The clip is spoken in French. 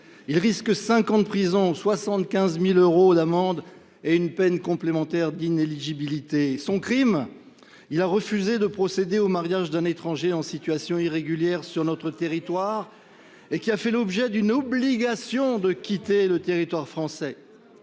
Il risque cinq ans de prison, 75 000 euros d’amende et une peine complémentaire d’inéligibilité. Son crime ? Il a refusé de procéder au mariage d’un étranger en situation irrégulière sur notre territoire ayant fait l’objet d’une obligation de quitter le territoire français